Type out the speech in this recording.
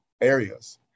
areas